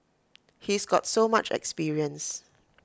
he's got so much experience